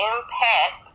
Impact